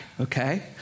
okay